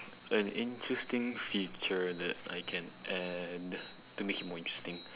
an interesting feature that I can add to make it more interesting